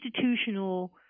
institutional